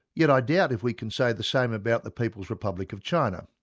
yet i doubt if we can say the same about the people's republic of china.